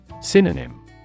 Synonym